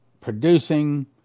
producing